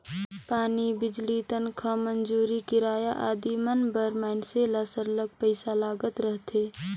पानी, बिजली, तनखा, मंजूरी, किराया आदि मन बर मइनसे ल सरलग पइसा लागत रहथे